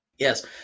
Yes